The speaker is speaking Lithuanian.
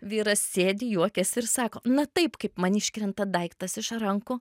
vyras sėdi juokiasi ir sako na taip kaip man iškrenta daiktas iš rankų